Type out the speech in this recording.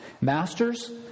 Masters